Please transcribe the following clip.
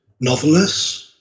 novelists